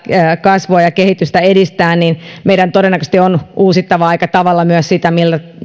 kasvua ja kehitystä edistää on meidän todennäköisesti uusittava aika tavalla myös sitä